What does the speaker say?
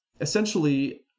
Essentially